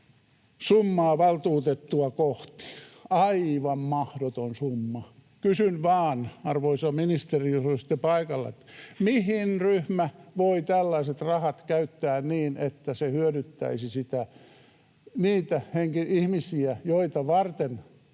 summaa valtuutettua kohti — aivan mahdoton summa. Kysyn vaan, arvoisa ministeri, jos olisitte paikalla: Mihin ryhmä voi tällaiset rahat käyttää niin, että se hyödyttäisi niitä ihmisiä, joita varten tämä